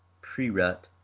pre-rut